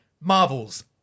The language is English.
Marvels